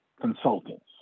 consultants